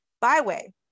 Byway